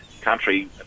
country